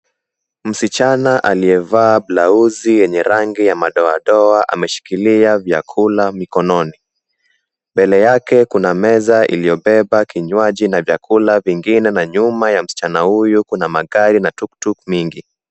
Msichana aliyevaa blauzi yenye rangi ya madoadoa, ameshikilia vyakula mikononi. Mbele yake kuna meza iliyojaa kinywaji na vyakula vingine na nyuma kuna msichana huyu, kuna magari na tuktuk mingi.